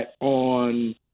on